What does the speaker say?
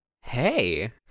Hey